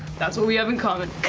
that's what we have in common.